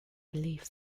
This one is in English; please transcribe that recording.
belief